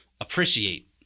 appreciate